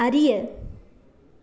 அறிய